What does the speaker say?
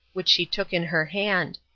which she took in her hand.